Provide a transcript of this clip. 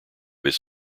his